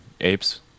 apes